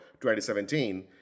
2017